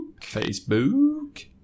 Facebook